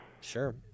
Sure